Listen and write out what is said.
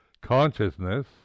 consciousness